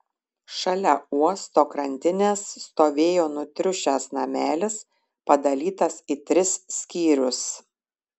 šalia uosto krantinės stovėjo nutriušęs namelis padalytas į tris skyrius